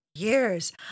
years